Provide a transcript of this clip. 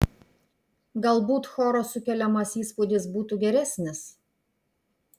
galbūt choro sukeliamas įspūdis būtų geresnis